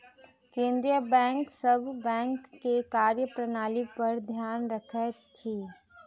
केंद्रीय बैंक सभ बैंक के कार्य प्रणाली पर ध्यान रखैत अछि